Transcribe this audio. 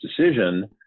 decision